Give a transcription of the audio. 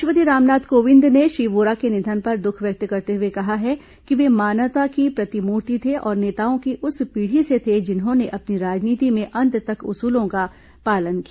राष्ट्रपति रामनाथ कोविंद ने श्री वोरा के निधन पर दुख व्यक्त करते हुए कहा है कि वे मानवता की प्रतिमूर्ति थे और नेताओं की उस पीढ़ी से थे जिन्होंने अपनी राजनीति में अंत तक उसूलों का पालन किया